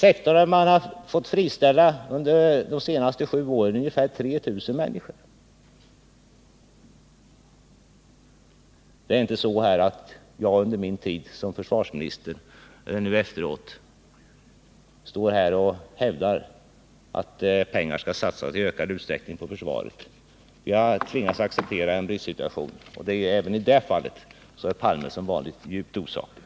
Inom försvarssektorn har man under de senaste sju åren fått friställa ungefär 3 000 människor. Jag har varken under min tid såsom försvarsminister eller nu efteråt hävdat att pengar i ökad utsträckning skall satsas på försvaret. Jag har tvingats acceptera en bristsituation. Även i detta fall är herr Palme som vanligt djupt osaklig.